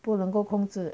不能够控制